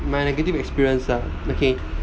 my negative experience ah okay